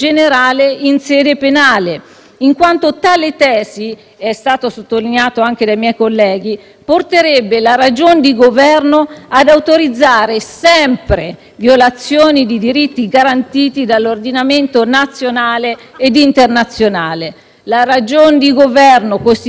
porterebbe la ragion di governo ad autorizzare sempre violazioni di diritti garantiti dall'ordinamento nazionale e internazionale. La ragion di governo costituirebbe in tal solco una vera minaccia allo stato di diritto e alla nostra democrazia.